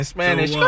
Spanish